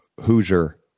Hoosier